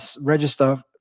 register